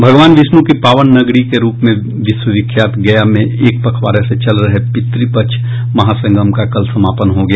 भगवान विष्णु की पावन नगरी के रूप में विश्वविख्यात गया में एक पखवाड़े से चल रहे पितृपक्ष महासंगम का कल समापन हो गया